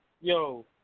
yo